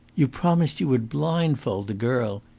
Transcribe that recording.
you promised you would blindfold the girl,